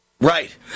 Right